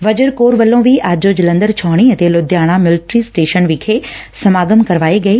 ਵਜਰ corps ਵੱਲੋਂ ਵੀ ਅੱਜ ਜਲੰਧਰ ਛਾਉਣੀ ਅਤੇ ਲੁਧਿਆਣਾ ਮਿਲਟਰੀ ਸਟੇਸ਼ਨ ਵਿਖੇ ਸਮਾਗਮ ਕਰਵਾਏ ਗਏ